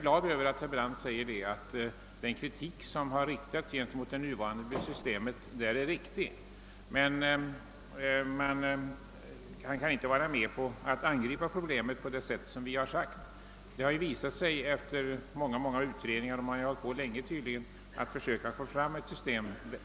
Herr Brandt medgav att den kritik som riktats mot det nuvarande systemet har varit riktig. Det gladde mig. Herr Brandt kunde emellertid inte vara med om att angripa problemet på det sätt som vi har föreslagit. Många utredningar har som bekant arbetat länge men förgäves på att hitta ett annat system.